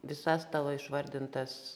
visas tavo išvardintas